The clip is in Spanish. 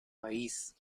país